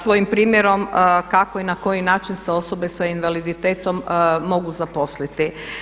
Svojim primjerom kako i na koji način se osobe sa invaliditetom mogu zaposliti.